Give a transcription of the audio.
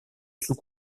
sous